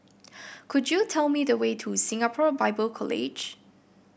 could you tell me the way to Singapore Bible College